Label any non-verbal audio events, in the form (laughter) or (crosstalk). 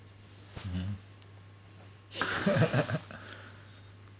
mmhmm (laughs)